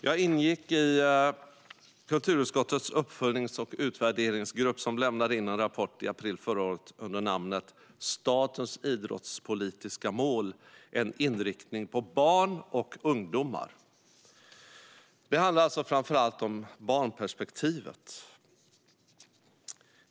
Jag ingick i kulturutskottets uppföljnings och utvärderingsgrupp som lämnade in en rapport i april förra året under namnet Statens idrottspolitiska mål - en uppföljning med inriktning på barn och ungdomar . Den handlar alltså framför allt om barnperspektivet.